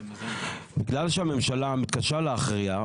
בגלל שהממשלה מתקשה להכריע,